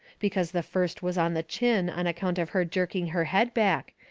because the first was on the chin on account of her jerking her head back.